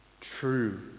True